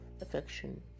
affection